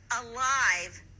alive